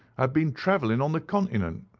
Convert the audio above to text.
had been travelling on the continent.